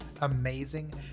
amazing